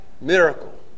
miracle